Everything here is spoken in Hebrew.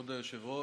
כבוד היושב-ראש,